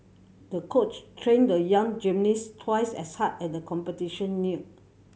the coach trained the young gymnast twice as hard as the competition neared